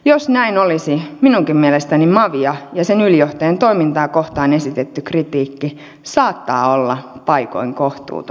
jos näin olisi minunkin mielestäni mavia ja sen ylijohtajan toimintaa kohtaan esitetty kritiikki saattaa olla paikoin kohtuutonta